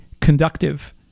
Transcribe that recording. conductive